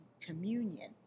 communion